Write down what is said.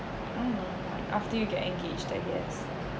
mmhmm after you get engage I guess